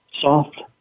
soft